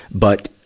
but,